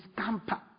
scamper